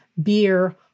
beer